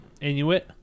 Inuit